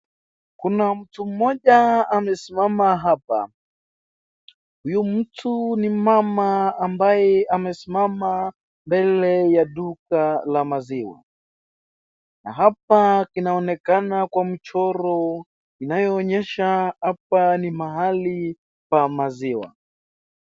Kuna mtu mmoja amesimama hapa. Huyu mtu ni mama ambaye amesimama mbele ya duka la maziwa na hapa kinaonekana kwa mchoro inayoonyesha hapa ni mahali pa maziwa.